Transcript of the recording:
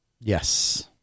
Yes